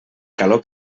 calor